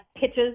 pitches